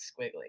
squiggly